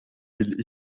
will